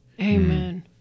Amen